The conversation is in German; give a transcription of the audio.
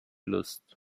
lust